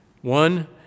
One